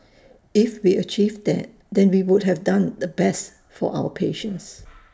if we achieve that then we would have done the best for our patients